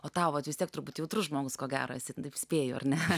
o tau vis tiek turbūt jautrus žmogus ko gero esi taip spėju ar ne